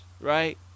right